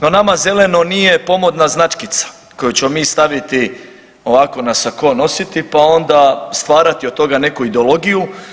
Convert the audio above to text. No nama zeleno nije pomodna značkica koju ćemo mi staviti ovako na sako i nositi, pa onda stvarati od toga neku ideologiju.